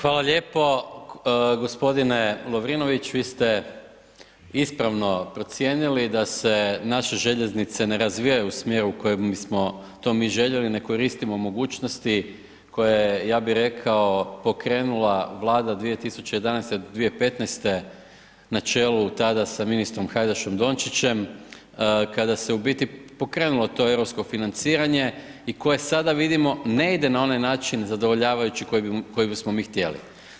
Hvala lijepo gospodine Lovrinović, vi ste ispravno procijenili, da se naše željeznice ne razvijaju u smjeru u kojem bismo to mi željeli, ne koristimo mogućnosti, koje je ja bi rekao, pokrenula vlada 2011. do 2015. na čelu tada sa ministrom Hajdaš Dončićem, kada se u biti pokrenulo to europsko financiranje i koje sada vidimo, ne ide na onaj način zadovoljavajući koji bismo mi htjeli.